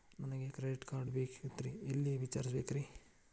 ನನಗೆ credit card ಬೇಕಾಗಿತ್ರಿ ಎಲ್ಲಿ ವಿಚಾರಿಸಬೇಕ್ರಿ?